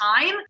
time